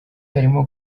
harimo